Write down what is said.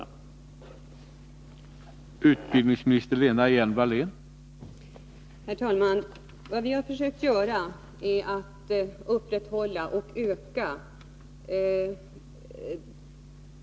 Om avvecklingen